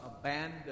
abandoned